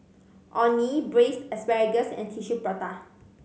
Orh Nee Braised Asparagus and Tissue Prata